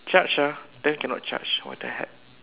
charge ah then cannot charge what the heck